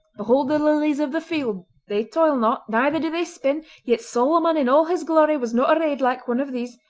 behold the lilies of the field, they toil not, neither do they spin, yet solomon in all his glory was not arrayed like one of these.